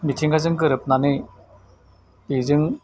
मिथिंगाजों गोरोबनानै बेजों